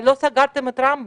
אבל לא סגרתם את רמב"ם.